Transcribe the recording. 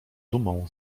dumą